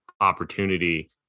opportunity